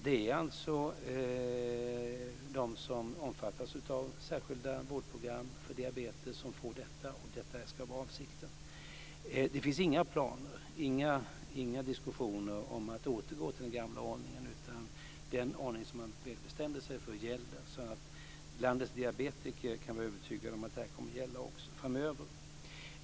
Det är alltså de som omfattas av särskilda vårdprogram för diabetes som får detta. Detta ska vara avsikten. Det finns inga planer på eller diskussioner om att återgå till den gamla ordningen. Den ordning som man bestämde sig för gäller. Landets diabetiker kan vara övertygade om att det här kommer att gälla också framöver.